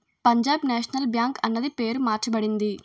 Punjab national bank అన్నది పేరు మార్చబడింది